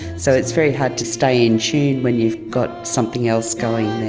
so it's very hard to stay in tune when you've got something else going there.